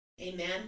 Amen